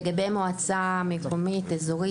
לגבי מועצה אזורית,